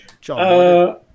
john